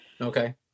Okay